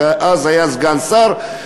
שאז היה סגן שר,